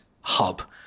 hub